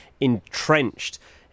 entrenched